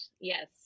yes